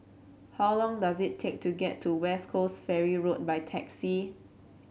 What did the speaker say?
how long does it take to get to West Coast Ferry Road by taxi